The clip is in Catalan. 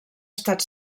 estat